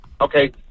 okay